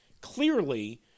Clearly